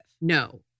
No